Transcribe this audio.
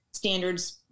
standards